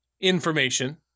information